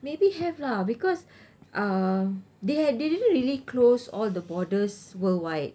maybe have lah because um they had they didn't really close all the borders worldwide